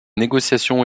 négociations